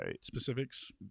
specifics